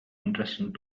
interesting